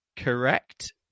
Correct